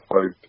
hope